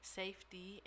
safety